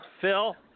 Phil